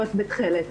בתכלת.